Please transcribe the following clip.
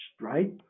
Right